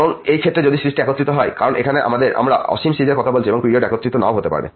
এবং এই ক্ষেত্রে যদি সিরিজ একত্রিত হয় কারণ এখন আমরা অসীম সিরিজের কথা বলছি এবং সিরিজটি কনভারজ নাও হতে পারে